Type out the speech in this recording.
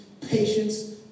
patience